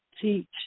teach